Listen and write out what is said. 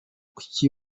kuki